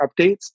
updates